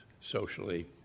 socially